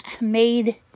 made